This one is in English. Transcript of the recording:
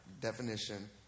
definition